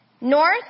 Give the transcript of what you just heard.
North